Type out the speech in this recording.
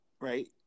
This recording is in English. right